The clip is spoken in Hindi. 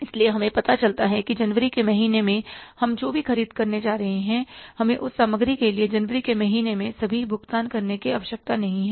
इसलिए हमें पता चलता है कि जनवरी के महीने में हम जो भी ख़रीद करने जा रहे हैं हमें उस सामग्री के लिए जनवरी के महीने में सभी भुगतान करने की आवश्यकता नहीं है